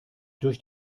durch